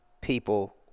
people